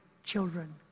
Children